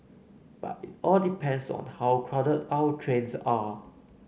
but it all depends on how crowded our trains are